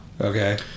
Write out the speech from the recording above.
Okay